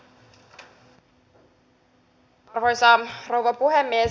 arvoisa rouva puhemies